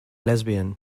lesbian